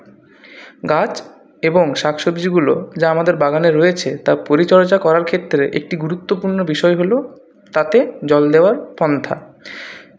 গাছ এবং শাক সবজিগুলো যা আমাদের বাগানে রয়েছে তা পরিচর্যা করার ক্ষেত্রে একটি গুরুত্বপূর্ণ বিষয় হলো তাতে জল দেওয়ার পন্থা